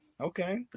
Okay